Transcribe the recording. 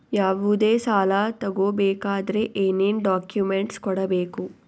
ಯಾವುದೇ ಸಾಲ ತಗೊ ಬೇಕಾದ್ರೆ ಏನೇನ್ ಡಾಕ್ಯೂಮೆಂಟ್ಸ್ ಕೊಡಬೇಕು?